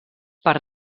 per